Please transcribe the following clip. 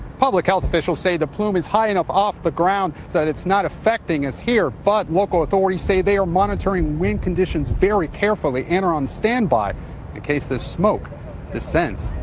public health officials say the plume is high enough off the ground so that it's not affecting us here, but local authorities say they are monitoring wind conditions very carefully and are on standby in case this smoke descends.